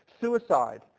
Suicide